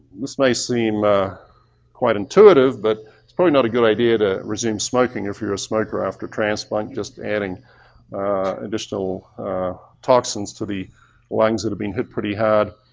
this may seem a quite intuitive, but it's probably not a good idea to resume smoking if you're a smoker after transplant. just adding additional toxins to the lungs that have been hit pretty hard.